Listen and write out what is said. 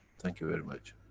thank you very much.